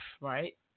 Right